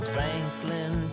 Franklin